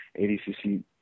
adcc